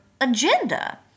agenda